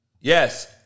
Yes